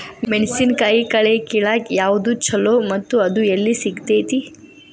ಮೆಣಸಿನಕಾಯಿ ಕಳೆ ಕಿಳಾಕ್ ಯಾವ್ದು ಛಲೋ ಮತ್ತು ಅದು ಎಲ್ಲಿ ಸಿಗತೇತಿ?